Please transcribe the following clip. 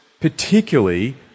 particularly